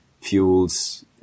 fuels